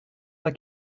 pas